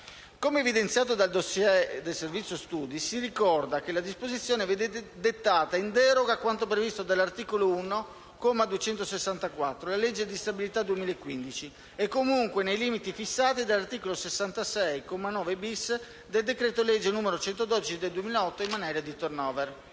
Come evidenziato dal *dossier* del Servizio studi, si ricorda che la disposizione viene dettata in deroga a quanto previsto dall'articolo 1, comma 264, della legge di stabilità 2015 e comunque nei limiti fissati dall'articolo 66, comma 9-*bis*, del decreto-legge n. 112 del 2008 in materia di *turnover*.